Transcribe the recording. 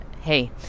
hey